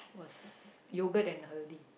was yogurt and